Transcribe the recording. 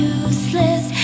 useless